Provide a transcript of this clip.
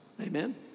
Amen